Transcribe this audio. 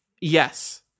yes